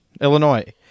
Illinois